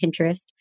Pinterest